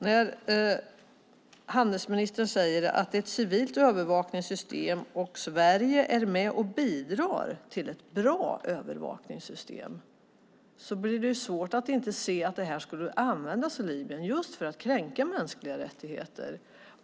Och handelsministern säger att det är ett civilt övervakningssystem och att Sverige är med och bidrar till ett bra övervakningssystem. Då blir det svårt att inte se att det här skulle användas i Libyen just för att kränka mänskliga rättigheter.